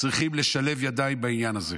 צריכים לשלב ידיים בעניין הזה.